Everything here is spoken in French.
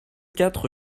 quatre